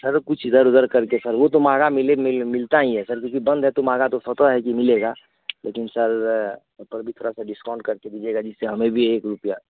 sir कुछ इधर उधर करके सर वो तो महँगा मिले मिल मिलता ही है सर क्योंकि बंद है तो महँगा तो स्वतः है कि मिलेगा लेकिन सर उस पर भी थोड़ा सा डिस्काउंट करके दीजियेगा जिससे हमें भी एक रुपैया